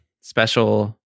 special